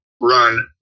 run